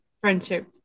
friendship